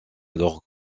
alors